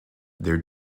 their